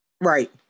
Right